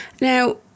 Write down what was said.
Now